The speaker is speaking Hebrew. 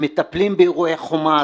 הם מטפלים באירועי חומ"ס,